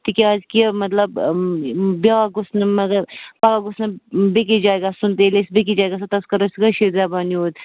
تِکیٛازِ کہِ مطلب بیٛاکھ گوٚژٕھ نہَ مگر پگاہ گوٚژٕھ نہٕ بیٚیِس جایہِ گژھُن ییٚلہِ أسۍ بیٚیِس جایہِ گژھَو تَتِس کَرَو أسۍ کٲشِر زبان یوٗز